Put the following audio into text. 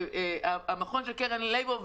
כן.